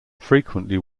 frequently